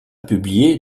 publié